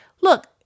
Look